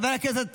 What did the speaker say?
חבר הכנסת